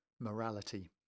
Morality